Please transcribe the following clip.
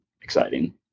exciting